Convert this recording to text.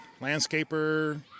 landscaper